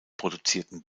produzierten